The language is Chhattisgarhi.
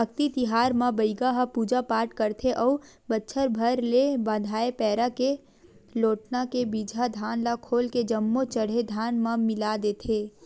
अक्ती तिहार म बइगा ह पूजा पाठ करथे अउ बछर भर ले बंधाए पैरा के लोटना के बिजहा धान ल खोल के जम्मो चड़हे धान म मिला देथे